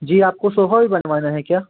जी आपको सोफ़ा भी बनवाना है क्या